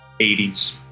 80s